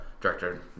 Director